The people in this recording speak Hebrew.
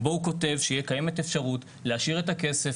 בו הוא כותב שיהיה קיימת אפשרות להשאיר את הכסף,